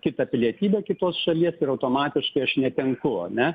kitą pilietybę kitos šalies ir automatiškai aš netenku ane